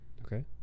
Okay